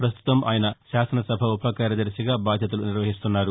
పస్తుతం ఆయన శాసనసభ ఉప కార్యదర్శిగా బాధ్యతలు నిర్వహిస్తున్నారు